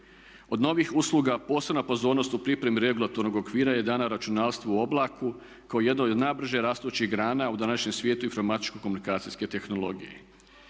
Od novih usluga, posebna pozornost u pripremi regulatornog okvira je dana računarstvu u oblaku kao jednoj od najbrže rastućih grana u današnjem svijetu informatičko komunikacijskoj tehnologiji.